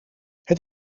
het